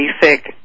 basic